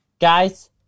guys